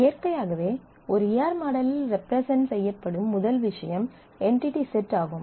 இயற்கையாகவே ஒரு E R மாடலில் ரெப்ரெசென்ட் செய்யப்படும் முதல் விஷயம் என்டிடி செட் ஆகும்